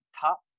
top